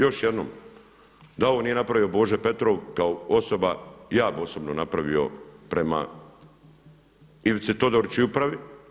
Još jednom da ovo nije napravio Božo Petrov kao osoba ja bih osobno napravio prema Ivici Todoriću i upravi.